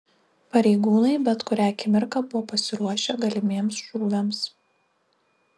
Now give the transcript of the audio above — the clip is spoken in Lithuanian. pareigūnai bet kurią akimirką buvo pasiruošę galimiems šūviams